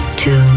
two